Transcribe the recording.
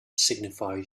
signified